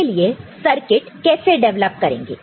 तो अब इसके लिए सर्किट कैसे डेवलप करेंगे